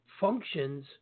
functions